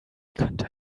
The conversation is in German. könnte